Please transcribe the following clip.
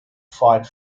fight